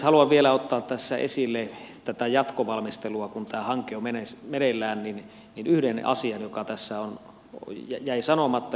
haluan vielä ottaa esille tässä jatkovalmistelussa kun tämä hanke on meneillään yhden asian joka tässä jäi sanomatta